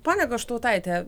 ponia goštautaite